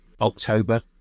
October